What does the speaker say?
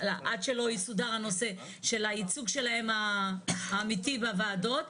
עד שלא יסודר הנושא של הייצוג שלהם האמיתי בוועדות,